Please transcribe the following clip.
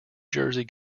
jersey